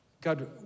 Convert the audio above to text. God